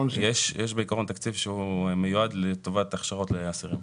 בעיקרון יש תקציב שהוא מיועד לטובת הכשרות לאסירים.